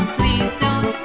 please don't